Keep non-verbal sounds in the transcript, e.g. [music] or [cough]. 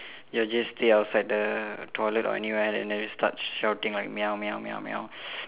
they will just stay outside the toilet or anywhere and then just start shouting like meow meow meow meow [breath]